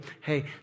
hey